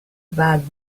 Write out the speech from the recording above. bad